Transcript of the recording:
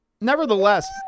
nevertheless